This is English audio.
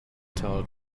tell